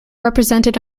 represented